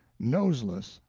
noseless,